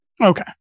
Okay